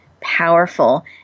powerful